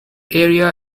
area